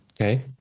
Okay